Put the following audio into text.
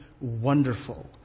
wonderful